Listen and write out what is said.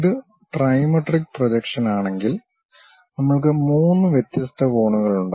ഇത് ട്രൈമെട്രിക് പ്രൊജക്ഷനാണെങ്കിൽ നമ്മൾക്ക് മൂന്ന് വ്യത്യസ്ത കോണുകളുണ്ട്